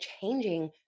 changing